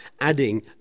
adding